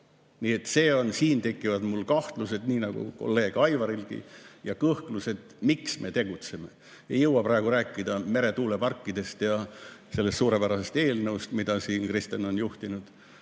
Nii et siin tekivad mul kahtlused, nii nagu kolleeg Aivarilgi, ja kõhklused, miks me [nii] tegutseme. Ei jõua praegu rääkida meretuuleparkidest ja sellest suurepärasest eelnõust, mida siin Kristen on juhtinud.